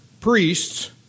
priests